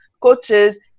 coaches